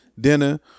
dinner